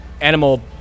animal